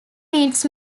meets